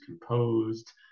composed